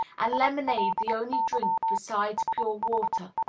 and lemonade the only drink besides pure water.